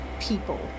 people